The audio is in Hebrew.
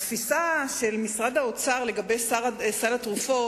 התפיסה של משרד האוצר לגבי סל התרופות